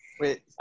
Wait